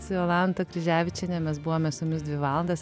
su jolanta kryževičiene mes buvome su jumis dvi valandas